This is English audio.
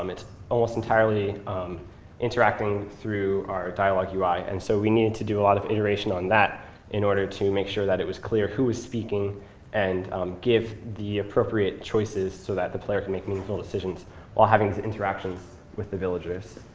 um it's almost entirely um interacting through our dialogue ui. and so we needed to do a lot of iteration on that in order to make sure that it was clear who was speaking and give the appropriate choices so that the player can make meaningful decisions while having his interactions with the villagers.